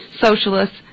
socialists